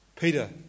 Peter